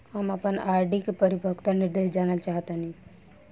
हम आपन आर.डी के परिपक्वता निर्देश जानल चाहत बानी